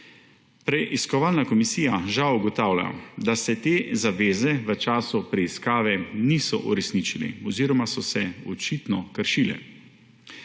Preiskovalna komisija žal ugotavlja, da se te zaveze v času preiskave niso uresničile oziroma so se očitno kršile.